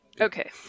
Okay